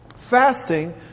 fasting